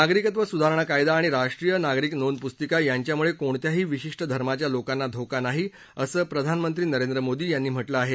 नागरिकत्व सुधारणा कायदा आणि राष्ट्रीय नागरीक नोंद पुस्तिका यांच्यामुळे कोणत्याही विशिष्ट धर्माच्या लोकांना धोका नाही असं प्रधानमंत्री नरेंद्र मोदी यांनी म्हटलं आहे